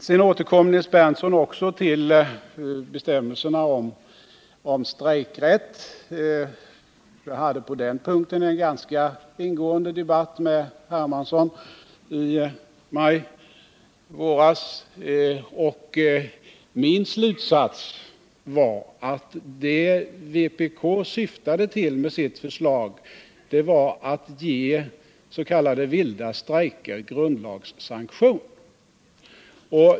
Sedan återkommer Nils Berndtson också till bestämmelserna om strejkrätt. Jag hade på den punkten en ganska ingående debatt med herr Hermansson i maj, och min slutsats var att det vpk syftade till med sitt förslag var att ge s.k. vilda strejker grundlagssanktion.